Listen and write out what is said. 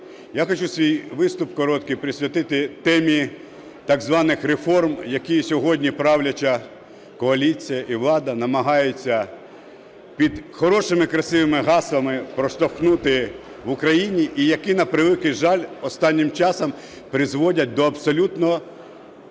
я хочу свій виступ короткий присвятити темі так званих реформ, які сьогодні правляча коаліція і влада намагається під хорошими красивими гаслами проштовхнути в Україні і які, на превеликий жаль, останнім часом призводять до абсолютно